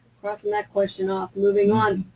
crossing that question off, moving on.